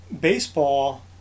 baseball